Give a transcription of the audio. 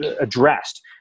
addressed